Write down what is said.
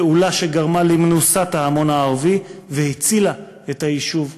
פעולה שגרמה למנוסת ההמון הערבי והצילה את היישוב היהודי.